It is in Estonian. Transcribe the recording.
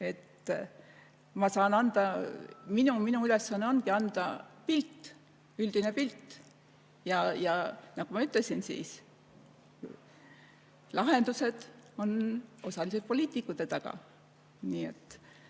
Ma saan anda, minu ülesanne ongi anda pilt, üldine pilt. Nagu ma ütlesin, siis lahendused on osaliselt poliitikute taga. Mul ei